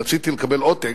ורציתי לקבל עותק,